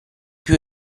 più